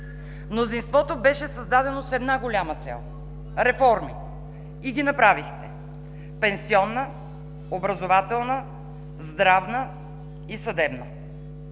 Мнозинството беше създадено с една голяма цел – реформи, и ги направихте: пенсионна, образователна, здравна и съдебна.